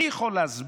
מי יכול להסביר